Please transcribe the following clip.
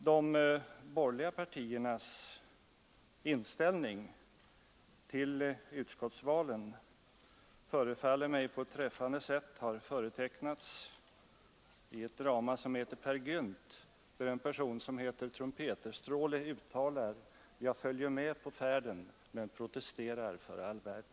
De borgerliga partiernas inställning till utskottsvalen förefaller mig på ett träffande sätt ha företecknats i dramat Peer Gynt, där en person som heter Trumpeterstråle uttalar: Jag får väl följa er på färden, — men protestera för all världen.